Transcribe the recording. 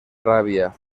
rabia